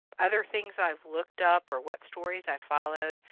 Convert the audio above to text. other things i've looked up or what stories i followed.